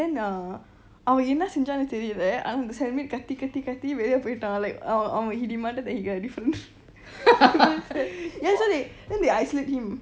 then uh அவன் என்ன செஞ்சானு தெரியலை ஆனால் அந்த:avan enna cenganu teriyalaai anna anta cellmate கத்தி கத்தி வெளிய போய்டான்:kati kati kati veliya poitaan like அவன்:avan he demanded that he get a different ya so they then they isolate him